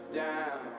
down